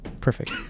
Perfect